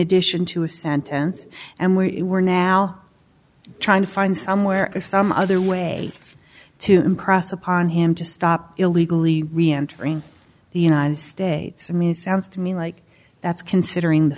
addition to a sentence and we are now trying to find somewhere some other way to impress upon him to stop illegally re entering the united states i mean it sounds to me like that's considering the